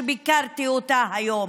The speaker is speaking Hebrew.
שביקרתי אותה היום,